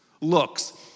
Looks